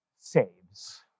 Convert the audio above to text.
saves